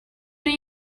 new